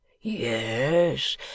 yes